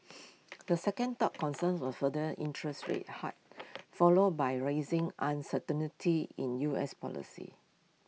the second top concerns were further interest rate hikes followed by rising in U S policy